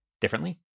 Differently